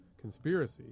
conspiracy